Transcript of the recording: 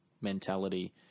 mentality